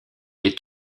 est